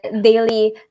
daily